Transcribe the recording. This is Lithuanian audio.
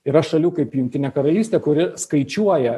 yra šalių kaip jungtinė karalystė kuri skaičiuoja